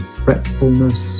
fretfulness